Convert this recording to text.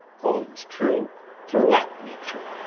holds true throughout nature.